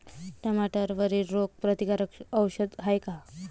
टमाट्यावरील रोग प्रतीकारक औषध हाये का?